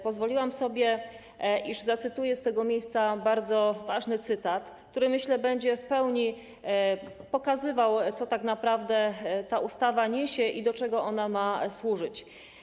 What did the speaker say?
Pozwolę sobie na przytoczenie z tego miejsca bardzo ważnego cytatu, który, myślę, będzie w pełni pokazywał, co tak naprawdę ta ustawa niesie i do czego ona ma służyć.